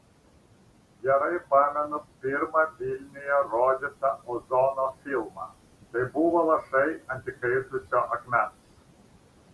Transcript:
gerai pamenu pirmą vilniuje rodytą ozono filmą tai buvo lašai ant įkaitusio akmens